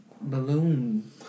balloon